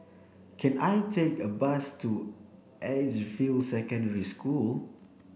can I take a bus to Edgefield Secondary School